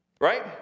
Right